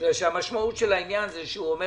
מכיוון שהמשמעות של העניין הזה שהוא אומר